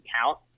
count